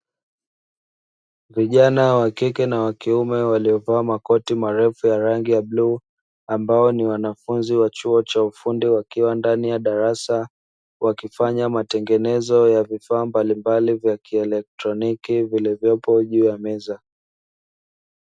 Vijana wa kike na wa kiume waliovaa makoti marefu ya rangi ya bluu ambao ni wanafunzi wa chuo cha ufundi wakiwa ndani ya darasa wakifanya matengenezo ya vifaa mbalimbali vya kielektroniki vilivyopo juu ya meza.